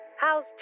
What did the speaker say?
How's